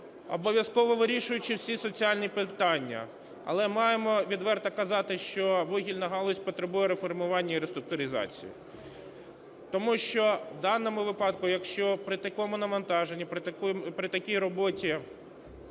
обов’язково вирішуючи всі соціальні питання, але маємо відверто казати, що вугільна галузь потребує реформування і реструктуризації. Тому що в даному випадку, якщо при такому навантаженні, при такій роботі